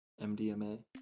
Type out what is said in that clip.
MDMA